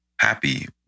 happy